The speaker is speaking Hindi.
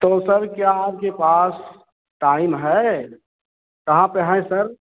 तो सर क्या आपके पास टाइम है कहाँ पर हैं सर